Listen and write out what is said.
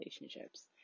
relationships